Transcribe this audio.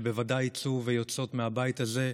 שבוודאי יצאו ויוצאות מהבית הזה,